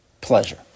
pleasure